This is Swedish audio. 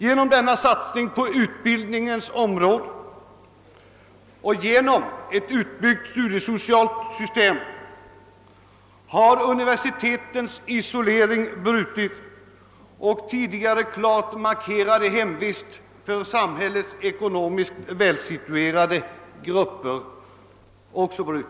Genom denna satsning på utbildningens område och genom ett utbyggt studiesocialt system har universi tetens isolering brutits liksom universitetens tidigare klart markerade hemvist för samhällets ekonomiskt välsituerade grupper.